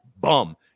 bum